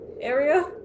area